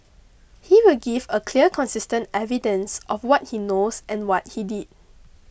he will give a clear consistent evidence of what he knows and what he did